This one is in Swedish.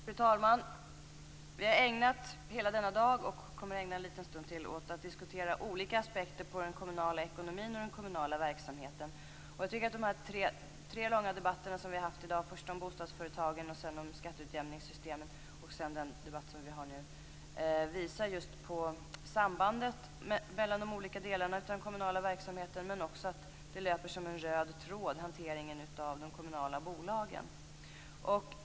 Fru talman! Vi har ägnat hela denna dag och kommer att ägna en liten stund till åt att diskutera olika aspekter på den kommunala ekonomin och den kommunala verksamheten. Jag tycker att de tre långa debatter som vi haft i dag, först om bostadsföretagen, sedan om skatteutjämningssystemen och den debatt som vi har just nu, visar på sambandet mellan de olika delarna av den kommunala verksamheten, men också att hanteringen av de kommunala bolagen löper som en röd tråd.